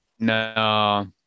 no